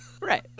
Right